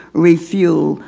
refuel,